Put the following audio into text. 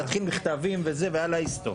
ותתחיל עם מכתבים וזה ואללה יוסטור.